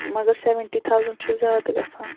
مگر seventy thousand چھُ زیادٕ گژھان